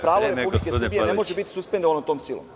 Pravo Republike Srbije ne može biti suspendovano tom silom.